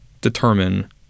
determine